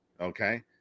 Okay